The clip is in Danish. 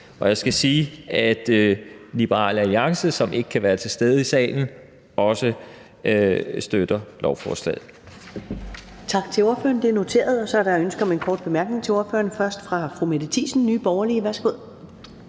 Og jeg skal sige, at Liberal Alliance, som ikke kan være til stede i salen, også støtter lovforslaget.